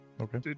Okay